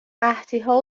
قحطیها